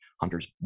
Hunter's